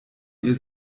ihr